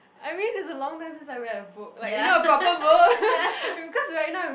I mean it's a long time since I read a book like you know a proper book because right you know right I've